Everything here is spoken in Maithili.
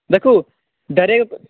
देखू डरैक